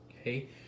Okay